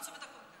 חוץ וביטחון.